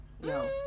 No